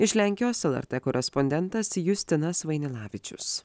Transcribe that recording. iš lenkijos lrt korespondentas justinas vainilavičius